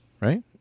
right